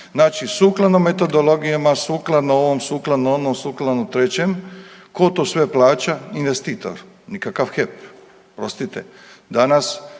Znači sukladno metodologijama, sukladno ovom, sukladno onom, sukladno trećem, tko to sve plaća investitor nikakav HEP. Oprostite. Danas